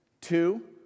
Two